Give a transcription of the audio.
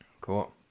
Cool